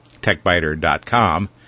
techbiter.com